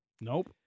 Nope